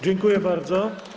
Dziękuję bardzo.